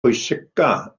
pwysicaf